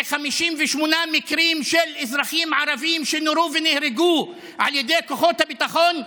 58 מקרים של אזרחים ערבים שנורו ונהרגו על ידי כוחות הביטחון,